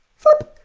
flip,